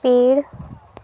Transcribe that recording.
पेड़